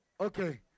Okay